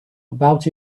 about